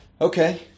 Okay